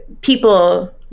people